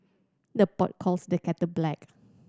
the pot calls the kettle black